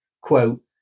Quote